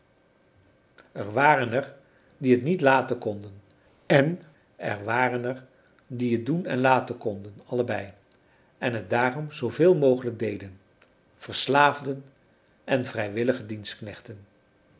er waren er die het niet laten konden en er waren er die het doen en laten konden allebei en het daarom zoo veel mogelijk deden verslaafden en vrijwillige dienstknechten